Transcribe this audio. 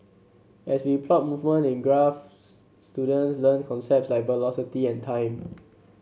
as we plot movement in graphs students learn concept like velocity and time